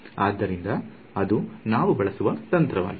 ಆದ್ದರಿಂದ ಅದು ನಾವು ಬಳಸುವ ತಂತ್ರವಾಗಿದೆ